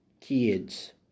kids